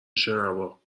شنوا